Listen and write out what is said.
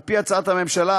על פי הצעת הממשלה,